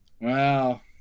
Wow